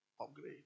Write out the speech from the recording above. Upgrade